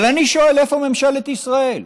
אבל אני שואל: איפה ממשלת ישראל?